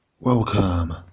Welcome